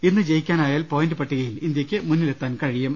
ഇന്ന് ജയിക്കാനായാൽ പോയന്റ് പട്ടികയിൽ ഇന്ത്യക്ക് മുന്നിൽ എത്താൻ കഴിയും